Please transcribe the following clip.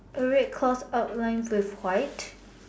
a red cross outline with white